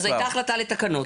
הייתה החלטה לתקנות,